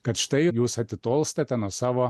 kad štai jūs atitolstate nuo savo